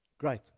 Great